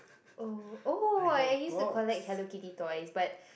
oh oh I used to collect Hello Kitty toys but